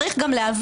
צריך גם להבין,